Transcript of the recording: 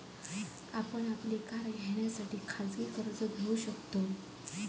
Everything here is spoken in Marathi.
आपण आपली कार घेण्यासाठी खाजगी कर्ज घेऊ शकताव